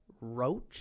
Roach